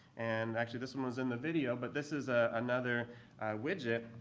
and actually this one was in the video, but this is ah another widget.